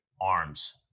arms